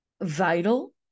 vital